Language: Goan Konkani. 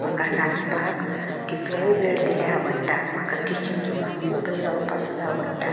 म्हाका रांदपाक कितलोय वेळ दिल्यार आवडटा म्हाका किचन रुमांक खूब वेळ रावपाक सुद्दां आवडटा